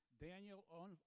Daniel